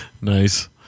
Nice